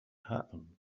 happen